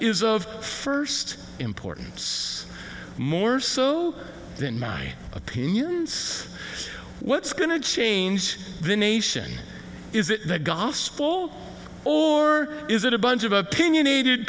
of first importance more so than my opinions what's going to change the nation is it the gospel or is it a bunch of opinionated